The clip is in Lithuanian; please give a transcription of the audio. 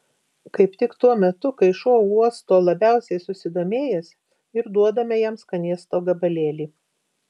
kaip tik tuo metu kai šuo uosto labiausiai susidomėjęs ir duodame jam skanėsto gabalėlį